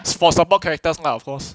for support characters lah of course